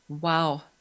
Wow